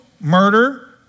murder